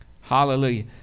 hallelujah